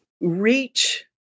reach